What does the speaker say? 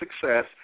success